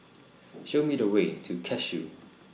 Show Me The Way to Cashew